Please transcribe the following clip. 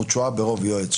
"ותשועה ברוב יועץ",